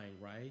right